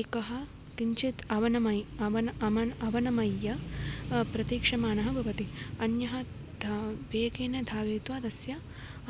एकः किञ्चित् अवनमयि अवन अमन् अवनमय्य प्रतीक्षमानः भवति अन्यः ध वेगेन धावित्वा तस्य